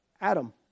Adam